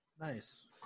Nice